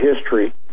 history